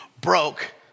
broke